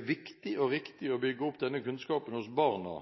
viktig og riktig å bygge opp denne kunnskapen hos barna,